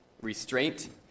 restraint